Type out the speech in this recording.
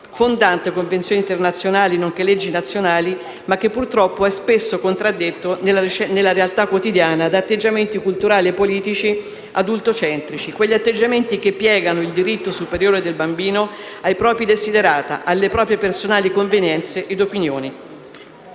fondante delle convenzioni internazionali nonché di leggi nazionali, ma che purtroppo è spesso contraddetto nella realtà quotidiana da atteggiamenti culturali e politici adultocentrici; quegli atteggiamenti che piegano il diritto superiore del bambino ai propri desiderata, alle proprie personali convenienze e opinioni.